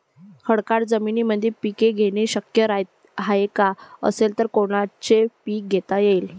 खडकाळ जमीनीमंदी पिके घेणे शक्य हाये का? असेल तर कोनचे पीक घेता येईन?